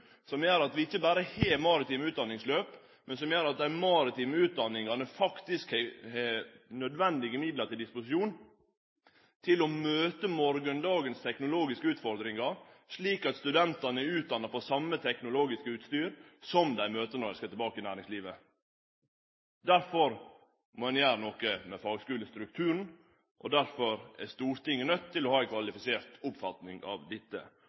som gjer at vi ikkje berre har maritime utdanningsløp, men som gjer at dei maritime utdanningane faktisk har nødvendige middel til disposisjon for å møte morgondagens teknologiske utfordringar, slik at studentane er utdanna på same teknologiske utstyret som det dei møter når dei skal tilbake til næringslivet. Derfor må ein gjere noko med fagskulestrukturen, og derfor er Stortinget nøydt til å ha ei kvalifisert oppfatning av dette.